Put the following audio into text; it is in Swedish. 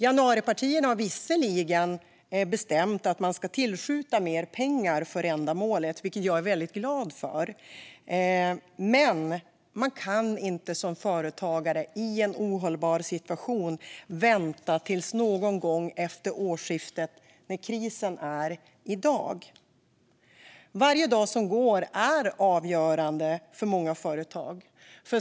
Januaripartierna har visserligen beslutat att tillskjuta mer pengar för ändamålet, vilket jag är glad för, men man kan inte som företagare i en ohållbar situation vänta till någon gång efter årsskiftet när det är kris i dag. Varje dag som går är avgörande för många företag.